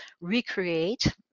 recreate